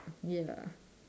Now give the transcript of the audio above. ya